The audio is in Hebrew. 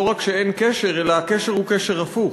לא רק שאין קשר, אלא הקשר הוא קשר הפוך: